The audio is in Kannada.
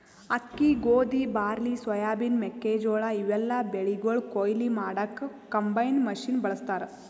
ಅಕ್ಕಿ ಗೋಧಿ ಬಾರ್ಲಿ ಸೋಯಾಬಿನ್ ಮೆಕ್ಕೆಜೋಳಾ ಇವೆಲ್ಲಾ ಬೆಳಿಗೊಳ್ ಕೊಯ್ಲಿ ಮಾಡಕ್ಕ್ ಕಂಬೈನ್ ಮಷಿನ್ ಬಳಸ್ತಾರ್